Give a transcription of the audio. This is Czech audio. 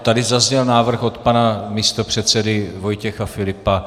Tady zazněl návrh od pana místopředsedy Vojtěcha Filipa.